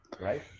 right